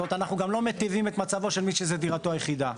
אנחנו לא מטיבים את מצבו של מי שזו דירתו היחידה.